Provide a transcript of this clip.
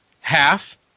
half